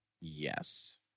Yes